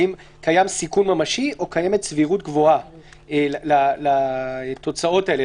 האם קיים סיכון ממשי או קיימת סבירות גבוהה לתוצאות האלה,